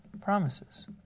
promises